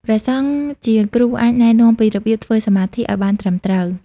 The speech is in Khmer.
ព្រះសង្ឃជាគ្រូអាចណែនាំពីរបៀបធ្វើសមាធិឱ្យបានត្រឹមត្រូវ។